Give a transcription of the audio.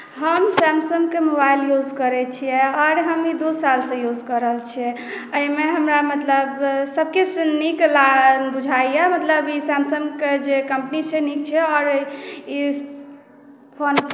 हम सैमसंगके mobile use करैत छियै आओर हम ई दू सालसँ यूज कऽ रहल छियै एहिमे हमरा मतलब सभसँ नीक लाग बुझाइे मतलब ई सैमसंगके जे कम्पनी छै नीक छै आओर ई फोन